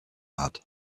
hat